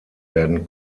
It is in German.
werden